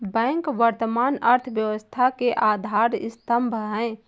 bank वर्तमान अर्थव्यवस्था के आधार स्तंभ है